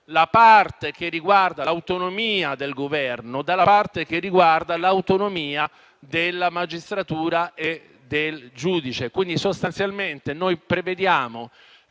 la parte che riguarda l'autonomia del Governo da quella riguardante l'autonomia della magistratura e del giudice. Sostanzialmente, prevediamo